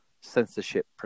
censorship